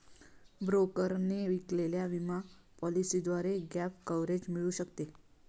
ब्रोकरने विकलेल्या विमा पॉलिसीद्वारे गॅप कव्हरेज मिळू शकते